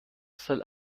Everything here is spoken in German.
soll